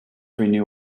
renew